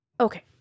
Okay